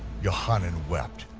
yochanan wept,